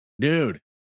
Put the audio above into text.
Dude